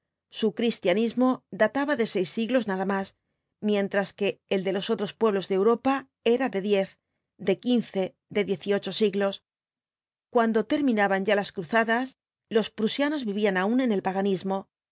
su cristianismo databa de seis siglos nada más mientras que el de los otros pueblos de europa era de diez de quince de diez y ocho siglos cuando terminaban ya las cruzadas los prusianos vivían aún en el pagcinismo